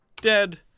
dead